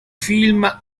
film